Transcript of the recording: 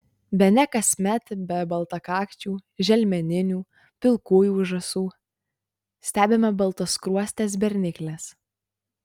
bene kasmet be baltakakčių želmeninių pilkųjų žąsų stebime baltaskruostes bernikles